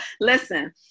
listen